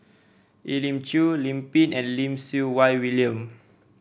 Elim Chew Lim Pin and Lim Siew Wai William